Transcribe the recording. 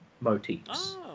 motifs